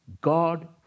God